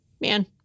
Man